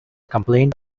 complained